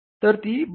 तर ती 12